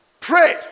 pray